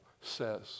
says